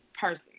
Person